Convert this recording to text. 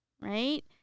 right